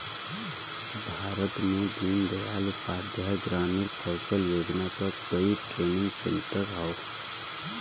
भारत में दीन दयाल उपाध्याय ग्रामीण कौशल योजना क कई ट्रेनिंग सेन्टर हौ